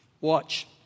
Watch